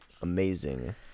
amazing